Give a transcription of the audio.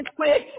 quick